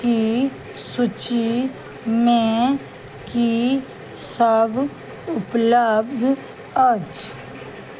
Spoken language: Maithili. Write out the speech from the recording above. की सूचीमे की सब उपलब्ध अछि